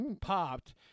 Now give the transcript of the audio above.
popped